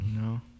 No